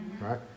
Right